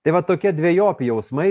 tai va tokie dvejopi jausmai